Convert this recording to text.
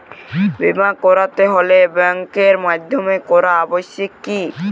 বিমা করাতে হলে ব্যাঙ্কের মাধ্যমে করা আবশ্যিক কি?